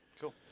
Cool